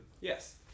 yes